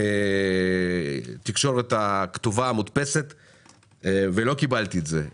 תקשורת כתובה לא קיבלתי את זה.